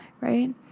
right